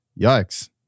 Yikes